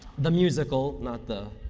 the musical, not the.